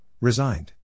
Resigned